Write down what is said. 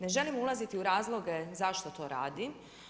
Ne želim ulaziti u razloge zašto to radi.